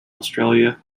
australia